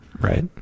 right